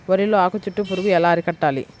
వరిలో ఆకు చుట్టూ పురుగు ఎలా అరికట్టాలి?